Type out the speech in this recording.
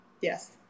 Yes